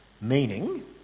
Meaning